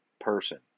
person